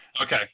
Okay